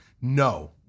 No